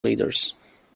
leaders